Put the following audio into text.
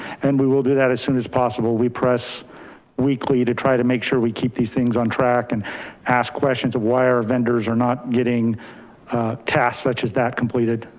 and we will do that as soon as possible. we press weekly to try to make sure we keep these things on track and ask questions of why our vendors are not getting task such as that completed.